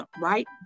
right